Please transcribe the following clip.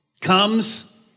comes